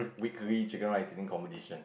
weekly chicken rice eating competition